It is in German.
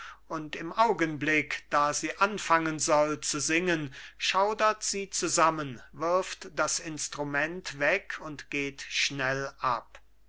und im augenblick da sie anfangen soll zu singen schaudert sie zusammen wirft das instrument weg und geht schnell ab